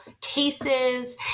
cases